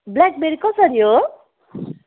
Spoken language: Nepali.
ब्ल्याकबेरी कसरी हो